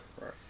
right